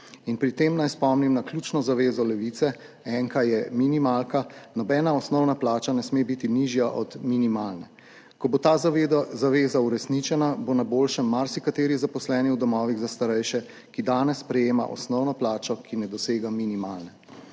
in pri tem naj spomnim na ključno zavezo Levice »enka je minimalka« – nobena osnovna plača ne sme biti nižja od minimalne. Ko bo ta zaveza uresničena, bo na boljšem marsikateri zaposleni v domovih za starejše, ki danes prejema osnovno plačo, ki ne dosega minimalne.